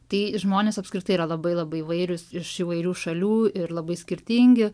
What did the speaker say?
tai žmonės apskritai yra labai labai įvairiūs iš įvairių šalių ir labai skirtingi